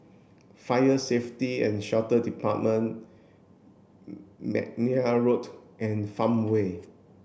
Fire Safety and Shelter Department McNair Road and Farmway